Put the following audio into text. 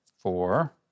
Four